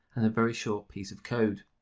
and a very short piece of code.